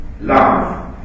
Love